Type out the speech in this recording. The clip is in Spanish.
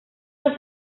los